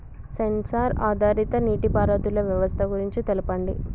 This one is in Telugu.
సెన్సార్ ఆధారిత నీటిపారుదల వ్యవస్థ గురించి తెల్పండి?